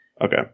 Okay